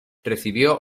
recibió